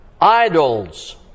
Idols